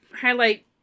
highlight